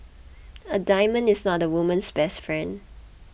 a diamond is not a woman's best friend